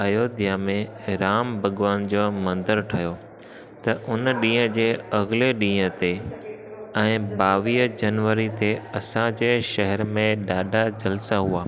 अयोध्या में राम भॻवान जो मंदिरु ठहियो त हुन ॾींहं जे अॻिले ॾींहं ते ऐं ॿावीह जनवरी ते असांजे शहर में ॾाढा जलसा हुआ